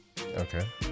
Okay